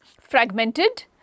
fragmented